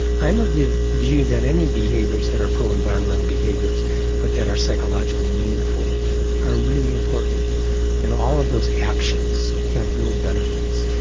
i'm of the view that any behaviours that are pro-environmental behaviours but that are psychologically meaningful are really important and all of those actions have real benefits.